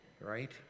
right